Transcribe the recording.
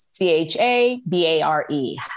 C-H-A-B-A-R-E